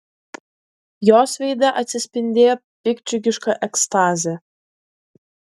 jos veide atsispindėjo piktdžiugiška ekstazė